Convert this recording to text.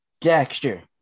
Dexter